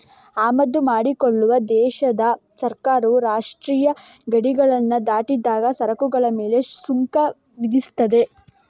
ಆಮದು ಮಾಡಿಕೊಳ್ಳುವ ದೇಶದ ಸರ್ಕಾರವು ರಾಷ್ಟ್ರೀಯ ಗಡಿಗಳನ್ನ ದಾಟಿದಾಗ ಸರಕುಗಳ ಮೇಲೆ ಸುಂಕ ವಿಧಿಸ್ತದೆ